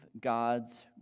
God's